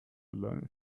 learn